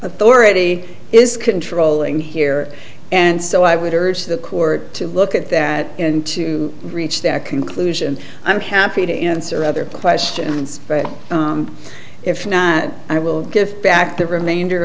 authority is controlling here and so i would urge the court to look at that and to reach that conclusion i'm happy to answer other questions but if not i will give back the remainder